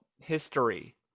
history